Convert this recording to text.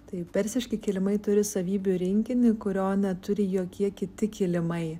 tai persiški kilimai turi savybių rinkinį kurio neturi jokie kiti kilimai